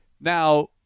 now